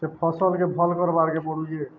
ସେ ଫସ୍ଲକେ ଭଲ୍ କର୍ବାର୍କେ ପଡ଼ୁଚେ